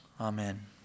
Amen